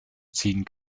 ziehen